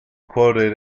quoted